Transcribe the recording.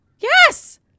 Yes